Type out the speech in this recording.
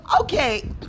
Okay